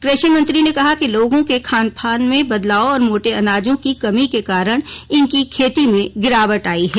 कृषि मंत्री ने कहा कि लोगों के खानपान में बदलाव और मोटे अनाजों की कमी के कारण इनकी खेती में गिरावट आई है